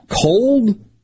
cold